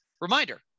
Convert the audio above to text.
Reminder